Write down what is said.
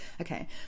okay